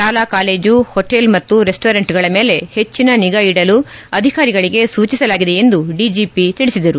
ಶಾಲಾ college hotel ಮತ್ತು ರೆಸ್ಟೋರೆಂಟ್ಗಳ ಮೇಲೆ ಹೆಚ್ಚಿನ ನಿಗಾ ಇಡಲು ಅಧಿಕಾರಿಗಳಿಗೆ ಸೂಚಿಸಲಾಗಿದೆ ಎಂದು ಡಿಜಿಪಿ ತಿಳಿಸಿದರು